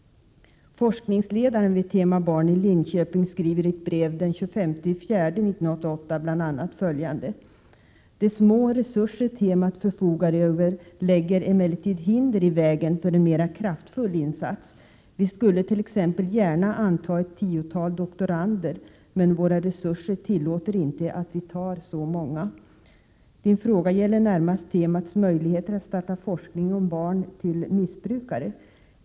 Forskningsledaren vid ”tema Barn” i Linköping skriver i ett brev den 25 april 1988 bl.a. följande: ”De små resurser temat förfogar över lägger emellertid hinder i vägen för en mera kraftfull insats. Vi skulle t.ex. gärna anta ett tiotal doktorander, men våra resurser tillåter inte att vi tar så många. Din fråga gäller närmast temats möjligheter att starta forskning om barnet till missbrukaren.